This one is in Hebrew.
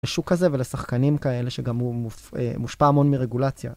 לשוק הזה ולשחקנים כאלה שגם הוא מופ.. אה.. מושפע המון מרגולציה.